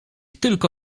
tylko